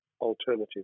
alternative